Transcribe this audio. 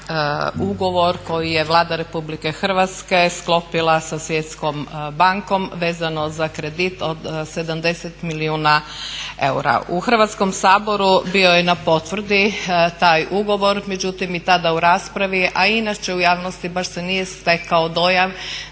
ugovor koji je Vlada Republike Hrvatske sklopila sa Svjetskom bankom vezano za kredit od 70 milijuna eura. U Hrvatskom saboru bio je na potvrdi taj ugovor, međutim i tada u raspravi, a i inače u javnosti baš se nije stekao dojam